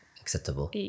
acceptable